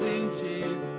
inches